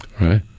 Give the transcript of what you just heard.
Right